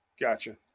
Gotcha